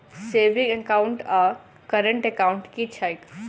Saving account आओर current account की छैक?